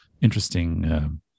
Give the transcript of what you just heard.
interesting